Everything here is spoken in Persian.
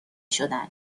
شدن